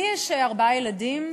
לי יש ארבעה ילדים,